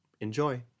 Enjoy